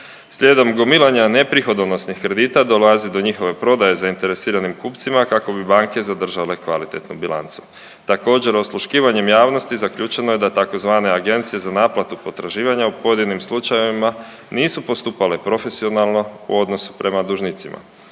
Slijedom gomilanja neprihodonosnih kredita dolazi do njihove prodaje zainteresiranim kupcima kako bi banke zadržale kvalitetnu bilancu. Također osluškivanjem javnosti zaključeno je da tzv. Agencije za naplatu potraživanja u pojedinim slučajevima nisu postupale profesionalno u odnosu prema dužnicima.